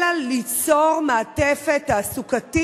אלא ליצור מעטפת של תעסוקה,